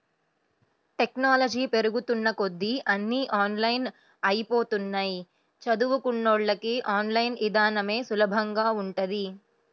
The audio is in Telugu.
టెక్నాలజీ పెరుగుతున్న కొద్దీ అన్నీ ఆన్లైన్ అయ్యిపోతన్నయ్, చదువుకున్నోళ్ళకి ఆన్ లైన్ ఇదానమే సులభంగా ఉంటది